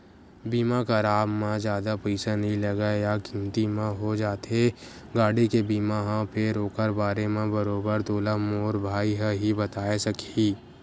बीमा कराब म जादा पइसा नइ लगय या कमती म हो जाथे गाड़ी के बीमा ह फेर ओखर बारे म बरोबर तोला मोर भाई ह ही बताय सकही